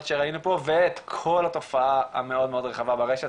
שראינו פה ואת כל התופעה המאוד רחבה ברשת,